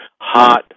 hot